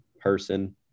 person